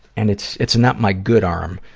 and it's, it's not my good arm,